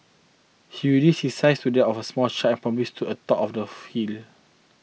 he reduced his size to that of a small child and promptly stood atop of the hills